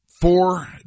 four